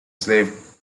slave